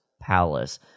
palace